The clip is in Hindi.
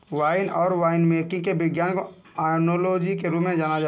वाइन और वाइनमेकिंग के विज्ञान को ओनोलॉजी के रूप में जाना जाता है